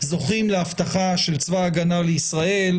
זוכים לאבטחה של צבא ההגנה לישראל,